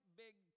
big